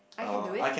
I can do it